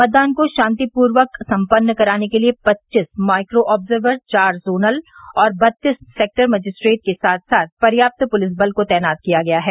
मतदान को शांतिपूर्वक संपन्न कराने के लिए पच्चीस माइक्रोआब्जर्वर चार जोनल और बत्तीस सेक्टर मजिस्ट्रेट के साथ साथ पर्याप्त पुलिस बल को तैनात किया गया है